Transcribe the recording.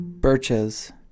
Birches